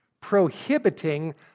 prohibiting